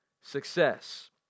success